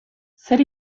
zer